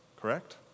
correct